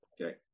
Okay